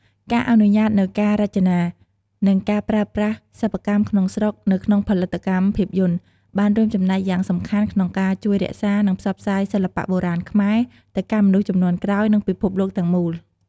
ការអនុវត្តនូវការរចនា និងការប្រើប្រាស់សិប្បកម្មក្នុងស្រុកនៅក្នុងផលិតកម្មភាពយន្ត បានរួមចំណែកយ៉ាងសំខាន់ក្នុងការ ជួយរក្សា និងផ្សព្វផ្សាយសិល្បៈបុរាណខ្មែរ ទៅកាន់មនុស្សជំនាន់ក្រោយ និងពិភពលោកទាំងមូល។